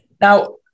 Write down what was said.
Now